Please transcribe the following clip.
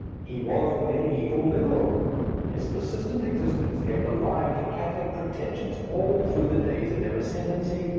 he was the mediaeval liberal his persistent existence gave the lie to catholic pretensions all through the days of their ascendency,